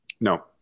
no